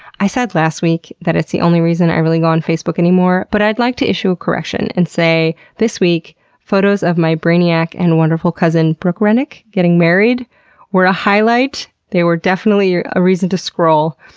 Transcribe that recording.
i said last week that it's the only reason i really go on facebook anymore, but i'd like to issue a correction and say this week photos of my brainiac and wonderful cousin brooke rennick getting married were a highlight. they were definitely a reason to scroll.